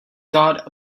got